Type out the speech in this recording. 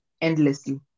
endlessly